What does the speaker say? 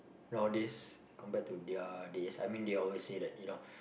all these compared to their this I mean they always say that you know